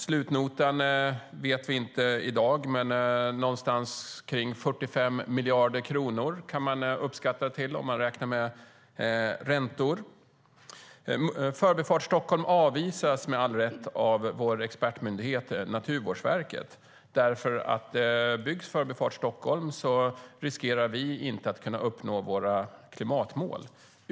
Slutnotan vet vi inte i dag vad den landar på, men man kan uppskatta den till någonstans runt 45 miljarder kronor om man räknar med räntor. Förbifart Stockholm avvisas med all rätt av vår expertmyndighet Naturvårdsverket. Byggs förbifarten riskerar vi att inte kunna uppnå våra klimatmål.